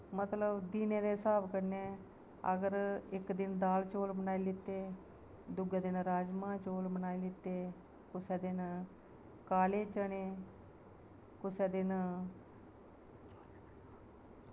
मतलब दिनें दे स्हाब कन्नै अगर इक दिन दाल चौल बनाई लैते दूगे दिन राजमांह् चौल बनाई लैते कुसै दिन काले चने कुसै दिन